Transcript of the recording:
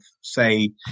say